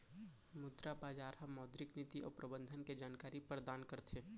मुद्रा बजार ह मौद्रिक नीति अउ प्रबंधन के जानकारी परदान करथे